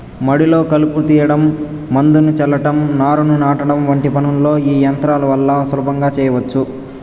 మడిలో కలుపును తీయడం, మందును చల్లటం, నారును నాటడం వంటి పనులను ఈ యంత్రాల వల్ల సులభంగా చేయచ్చు